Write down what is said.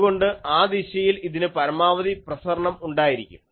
അതുകൊണ്ട് ആ ദിശയിൽ ഇതിന് പരമാവധി പ്രസരണം ഉണ്ടായിരിക്കും